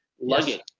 luggage